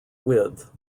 width